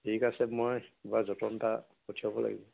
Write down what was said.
ঠিক আছে মই বাৰু যতন এটা পঠিয়াব লাগিব